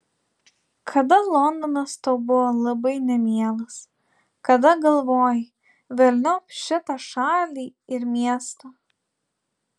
kada londonas tau buvo labai nemielas kada galvojai velniop šitą šalį ir miestą